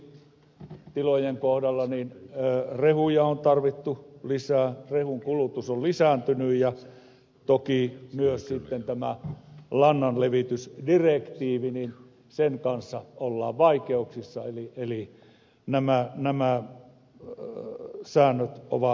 erityisesti tilojen kohdalla rehuja on tarvittu lisää rehun kulutus on lisääntynyt ja toki myös sitten tämän lannanlevitysdirektiivin kanssa ollaan vaikeuksissa eli nämä säännöt ovat muuttuneet